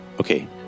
Okay